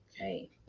Okay